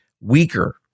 weaker